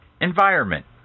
environment